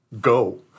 go